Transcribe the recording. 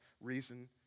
reason